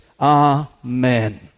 Amen